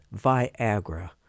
Viagra